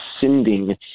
sending